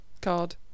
Card